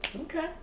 okay